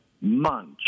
munch